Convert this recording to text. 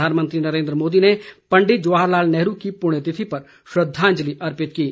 प्रधानमंत्री नरेन्द्र मोदी ने पंडित नेहरू की पुण्यतिथि पर श्रद्वांजलि अर्पित की है